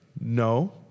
No